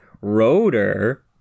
rotor